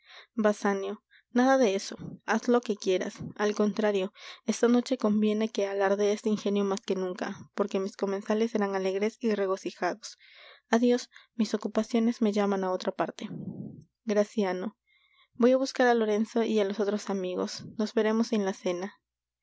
nada de eso haz lo que quieras al contrario esta noche conviene que alardees de ingenio más que nunca porque mis comensales serán alegres y regocijados adios mis ocupaciones me llaman á otra parte graciano voy á buscar á lorenzo y á los otros amigos nos veremos en la cena